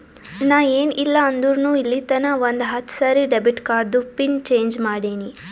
ನಾ ಏನ್ ಇಲ್ಲ ಅಂದುರ್ನು ಇಲ್ಲಿತನಾ ಒಂದ್ ಹತ್ತ ಸರಿ ಡೆಬಿಟ್ ಕಾರ್ಡ್ದು ಪಿನ್ ಚೇಂಜ್ ಮಾಡಿನಿ